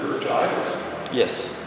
Yes